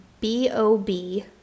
B-O-B